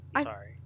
Sorry